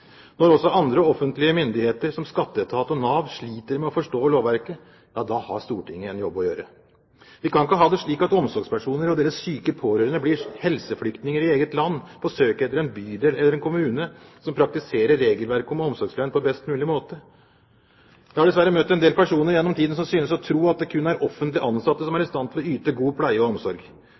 Når også andre offentlige myndigheter, som skatteetat og Nav, sliter med å forstå lovverket, har Stortinget en jobb å gjøre. Vi kan ikke ha det slik at omsorgspersoner og deres syke pårørende blir helseflyktninger i eget land, på søk etter en bydel eller en kommune som praktiserer regelverket om omsorgslønn på best mulig måte. Jeg har dessverre møtt en del personer gjennom tiden som synes å tro at det kun er offentlig ansatte som er i stand til å yte god pleie og omsorg.